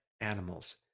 animals